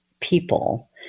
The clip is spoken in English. people